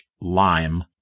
lime